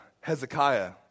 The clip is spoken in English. Hezekiah